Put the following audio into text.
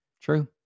True